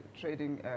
trading